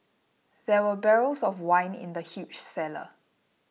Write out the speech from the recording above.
there were barrels of wine in the huge cellar